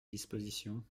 dispositions